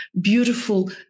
beautiful